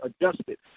adjusted